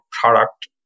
product